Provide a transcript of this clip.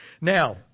Now